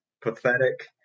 pathetic